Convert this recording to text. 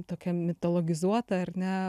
tokia mitologizuota ar ne